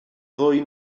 ddwy